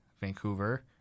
Vancouver